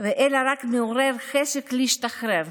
אלא רק מעורר חשק להשתחרר,